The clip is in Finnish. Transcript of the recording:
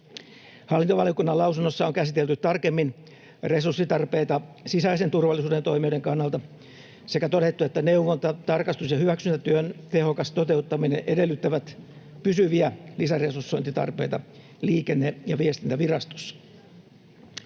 Hallintovaliokunnan lausunnossa on käsitelty tarkemmin resurssitarpeita sisäisen turvallisuuden toimijoiden kannalta sekä todettu, että neuvonta-, tarkastus- ja hyväksyntätyön tehokas toteuttaminen edellyttävät pysyviä lisäresursointitarpeita Liikenne- ja viestintävirastossa.